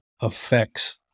affects